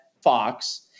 Fox